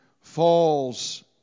falls